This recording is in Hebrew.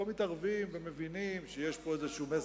כן, ולא מתערבים, ומבינים שיש פה איזה מסר,